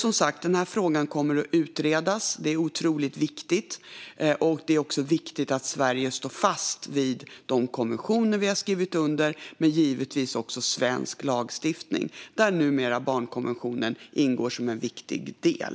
Men frågan kommer att utredas; det är otroligt viktigt. Det är också viktigt att Sverige står fast vid de konventioner vi har skrivit under och givetvis även svensk lagstiftning, där numera barnkonventionen ingår som en viktig del.